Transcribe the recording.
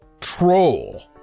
troll